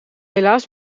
helaas